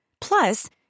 Plus